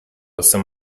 some